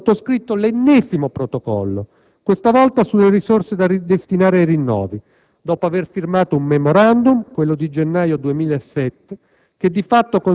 Si è così sottoscritto l'ennesimo protocollo, questa volta sulle risorse da destinare ai rinnovi, dopo aver firmato un *memorandum*, quello di gennaio 2007,